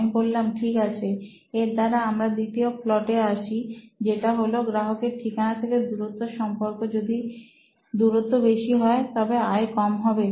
আমি বললাম ঠিক আছে এর দ্বারা আমরা দ্বিতীয় প্লটে আসি যেটা হলো গ্রাহকের ঠিকানা থেকে দূরত্বের সম্পর্ক যদি দূরত্ব বেশি হয় তবে আয় কম হবে